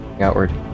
Outward